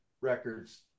records